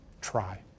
Try